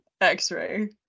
x-ray